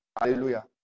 hallelujah